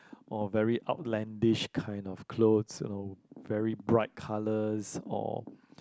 or very outlandish kind of clothes or very bright colours or